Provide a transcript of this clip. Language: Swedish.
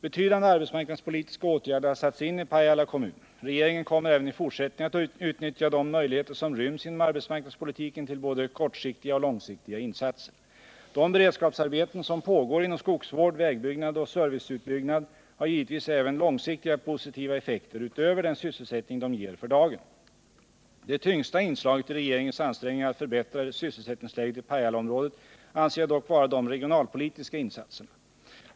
Betydande arbetsmarknadspolitiska åtgärder har satts in i Pajala kommun. Regeringen kommer även i fortsättningen att utnyttja de möjligheter som ryms inom arbetsmarknadspolitiken till både kortsiktiga och långsiktiga insatser. De beredskapsarbeten som pågår inom skogsvård, vägbyggnad och serviceutbyggnad har givetvis även långsiktiga positiva effekter utöver den sysselsättning de ger för dagen. Det tyngsta inslaget i regeringens ansträngningar att förbättra sysselsättningsläget i Pajalaområdet anser jag dock vara de regionalpolitiska insatserna.